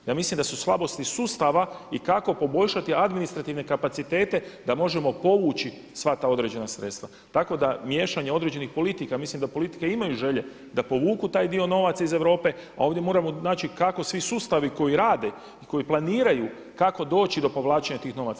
Ja mislim da su slabosti sustava ikako poboljšati administrativne kapacitete da možemo povući sva ta određena sredstva, tako da miješanje određenih politika mislim da politike imaju želje da povuku taj dio novaca iz Europe, a ovdje moramo naći kako svi sustavi koji rade i koji planiraju kako doći do povlačenja tog novaca.